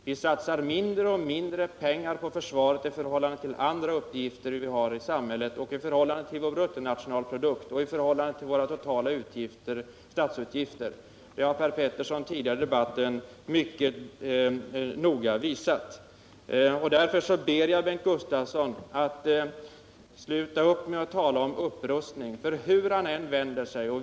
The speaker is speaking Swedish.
Vi satsar mindre och mindre pengar på försvaret i förhållande till andra uppgifter i samhället samt i förhållande till vår bruttonationalprodukt och våra totala statsutgifter. Det har Per Petersson ingående påvisat. Därför ber jag Bengt Gustavsson att sluta upp med att tala om upprustning.